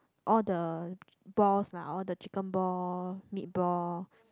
all the balls lah all the chicken ball meat ball